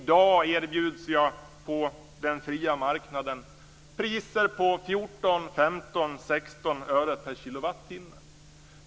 I dag erbjuds jag på den fria marknaden priser på 14, 15, 16 öre per kilowattimme.